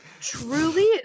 truly